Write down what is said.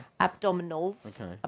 abdominals